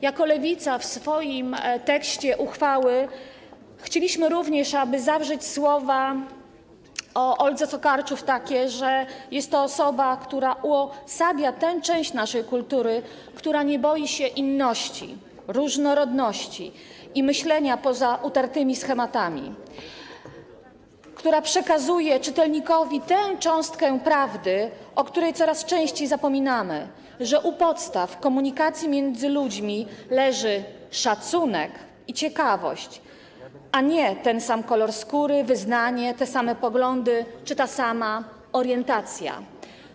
Jako Lewica w swoim tekście uchwały chcieliśmy również, aby zawrzeć takie słowa o Oldze Tokarczuk, że jest to osoba, która uosabia tę część naszej kultury, która nie boi się inności, różnorodności i myślenia poza utartymi schematami, która przekazuje czytelnikowi tę cząstkę prawdy, o której coraz częściej zapominamy, że u podstaw komunikacji między ludźmi leży szacunek i ciekawość, a nie ten sam kolor skóry, wyznanie, te same poglądy czy ta sama orientacja.